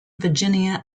virginia